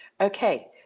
okay